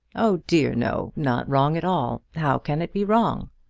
oh, dear, no not wrong at all. how can it be wrong?